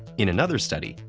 in another study,